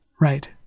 right